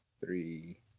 Three